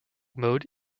mode